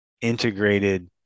integrated